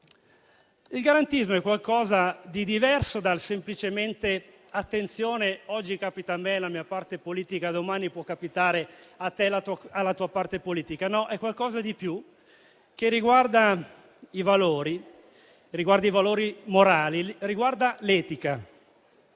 Il garantismo è qualcosa di diverso dal dire semplicemente: attenzione, oggi capita a me, alla mia parte politica, domani può capitare a te e alla tua parte politica. No, è qualcosa di più, che riguarda i valori morali, che riguarda l'etica.